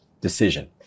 decision